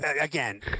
again